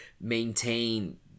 maintain